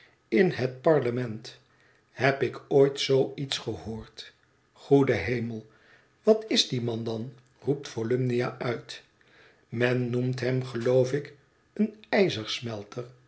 in het parlement heb ik ooit zoo iets gehoord goede hemel wat is die man dan roept volumnia uit men noemt hem geloof ik een